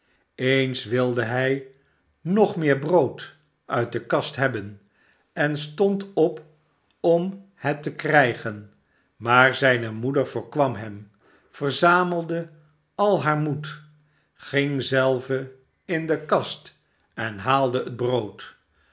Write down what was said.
eens wilde hij nog meer brood uit de kast hebben en stond op om het te krijgen maar zijne moeder voorkwam hem verzamelde al haar moed ging zelve in de kast en haalde het brood